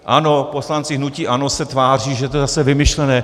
Ano, poslanci hnutí ANO se tváří, že to je zase vymyšlené.